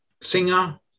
singer